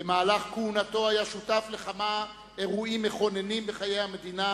במהלך כהונתו היה שותף לכמה אירועים מכוננים בחיי המדינה,